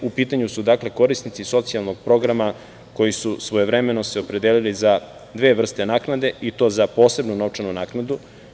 U pitanju su korisnici socijalnog programa koji su se svojevremeno opredelili za dve vrste naknade, i to za posebnu novčanu naknadu.